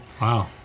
wow